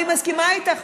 אני מסכימה איתך.